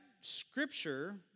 Scripture